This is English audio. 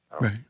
Right